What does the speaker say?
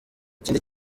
ikindi